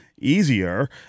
easier